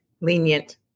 Lenient